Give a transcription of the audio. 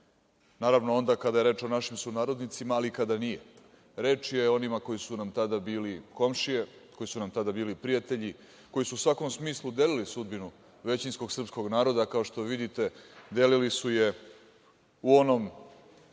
Naravno kada je reč o našim sunarodnicima ali i kada nije. Reč je o onima koji su nam tada bili komšije, koji su nam tada bili prijatelji, koji su u svakom smislu delili sudbinu većinskog srpskog naroda. Kao što vidite delili su je u onom